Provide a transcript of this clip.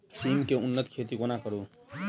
सिम केँ उन्नत खेती कोना करू?